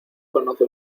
conoce